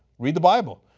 read the bible.